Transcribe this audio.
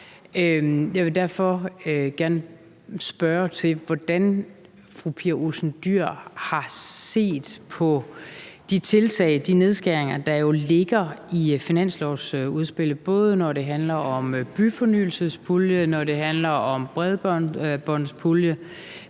Jeg vil derfor gerne spørge til, hvordan fru Pia Olsen Dyhr har set på de tiltag, de nedskæringer, der jo ligger i finanslovsudspillet, både når det handler om byfornyelsespuljen, og når det handler om bredbåndspuljen,